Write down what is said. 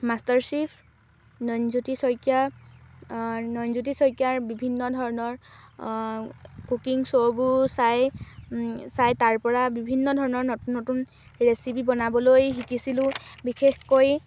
master chef Nayanjyoti Saikia Nayanjyoti শইকীয়াৰ বিভিন্ন ধৰণৰ কুকিং শ্ব'বোৰ চাই চাই তাৰ পৰা বিভিন্ন ধৰণৰ নতুন নতুন ৰেচিপি বনাবলৈ শিকিছিলোঁ বিশেষকৈ